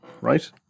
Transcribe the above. right